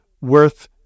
worth